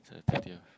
it's a thirtieth